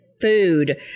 food